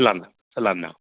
ਸਾਲਾਨਾ ਸਾਲਾਨਾ